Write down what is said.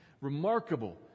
Remarkable